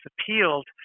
appealed